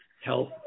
health